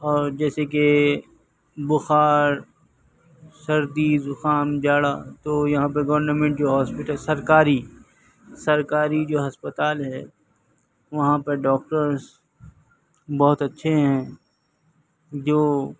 اور جیسے کہ بخار سردی زکام جاڑا تو یہاں پہ گورنمنٹ جو ہاسپیٹل سرکاری سرکاری جو ہسپتال ہے وہاں پر ڈاکٹرس بہت اچھے ہیں جو